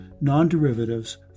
Non-Derivatives